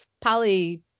poly